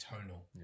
tonal